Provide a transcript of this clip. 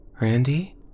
Randy